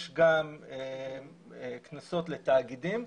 יש גם קנסות לתאגידים.